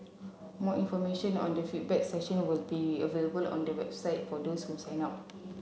more information on the feedback session will be available on the website for those who sign up